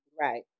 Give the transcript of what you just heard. Right